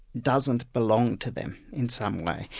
doesn't belong to them in some way.